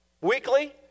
Weekly